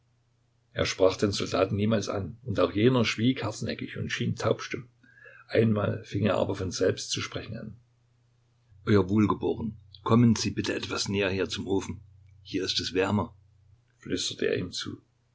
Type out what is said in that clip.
er sprach den soldaten niemals an und auch jener schwieg hartnäckig und schien taubstumm einmal fing er aber von selbst zu sprechen an euer wohlgeboren kommen sie bitte etwas näher her zum ofen hier ist es wärmer flüsterte er ihm zu